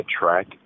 track